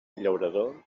llaurador